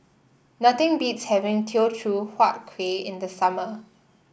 nothing beats having Teochew Huat Kuih in the summer